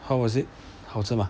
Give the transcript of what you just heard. how was it 好吃 mah